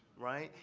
right.